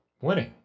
winning